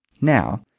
Now